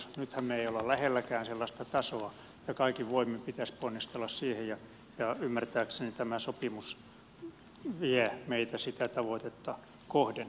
nythän me emme ole lähelläkään sellaista tasoa ja kaikin voimin pitäisi ponnistella siihen ja ymmärtääkseni tämä sopimus vie meitä sitä tavoitetta kohden